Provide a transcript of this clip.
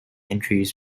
entries